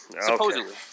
Supposedly